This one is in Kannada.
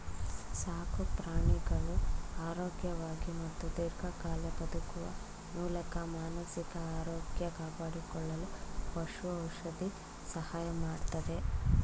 ಸಾಕುಪ್ರಾಣಿಗಳು ಆರೋಗ್ಯವಾಗಿ ಮತ್ತು ದೀರ್ಘಕಾಲ ಬದುಕುವ ಮೂಲಕ ಮಾನಸಿಕ ಆರೋಗ್ಯ ಕಾಪಾಡಿಕೊಳ್ಳಲು ಪಶು ಔಷಧಿ ಸಹಾಯ ಮಾಡ್ತದೆ